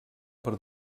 per